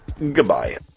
Goodbye